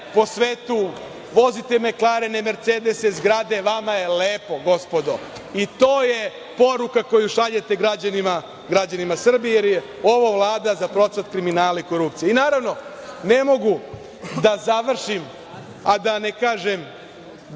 po svetu, vozite meklarene, mercedese, zgrade, vama je lepo, gospodo, i to je poruka koju šaljete građanima Srbije, jer je ovo Vlada za procvat kriminala i korupcije. Ne mogu da završim, a da ne kažem